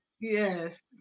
Yes